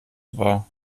war